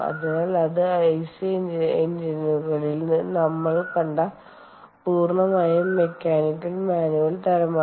അതിനാൽ അത് ഐസി എഞ്ചിനുകളിൽ നമ്മൾ കണ്ട പൂർണ്ണമായും മെക്കാനിക്കൽ മാനുവൽ തരമാണ്